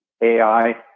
AI